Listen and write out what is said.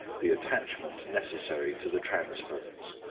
the attachment necessary to the transference.